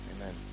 Amen